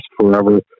forever